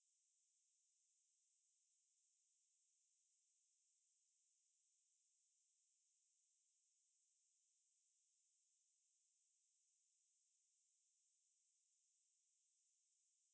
mm classmates இல்லை:illai lah ya course mates so like எல்லாரும் ஒரே:ellaarum ore module eh select பண்ணனால:pannanaala we're doing together lah um but we are not necessarily from the same course